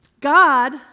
God